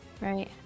Right